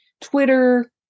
Twitter